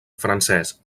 francès